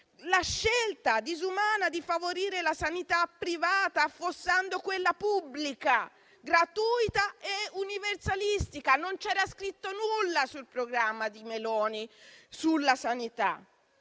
alla scelta disumana di favorire la sanità privata affossando quella pubblica, gratuita e universalistica, anche se non c'era scritto nulla sul programma di Meloni sulla sanità;